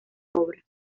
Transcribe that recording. obra